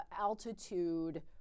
altitude